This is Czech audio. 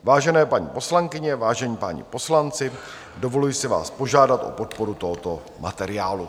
Vážené paní poslankyně, vážení páni poslanci, dovoluji si vás požádat o podporu tohoto materiálu.